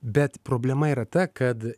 bet problema yra ta kad